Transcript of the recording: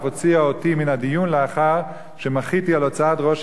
ואף הוציאה אותי מן הדיון לאחר שמחיתי על הוצאת ראש